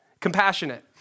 compassionate